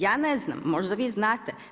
Ja ne znam, možda vi znate.